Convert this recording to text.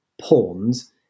pawns